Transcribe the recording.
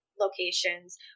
locations